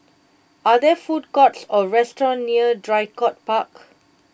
are there food courts or restaurants near Draycott Park